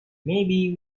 maybe